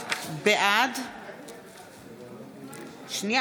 בעד רם שפע,